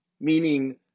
Meaning